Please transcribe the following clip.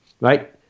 right